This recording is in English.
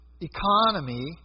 economy